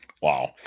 Wow